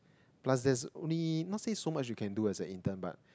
plus there's only not say so much you can do as an intern but